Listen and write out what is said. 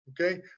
Okay